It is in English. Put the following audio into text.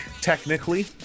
technically